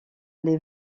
les